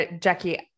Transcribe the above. Jackie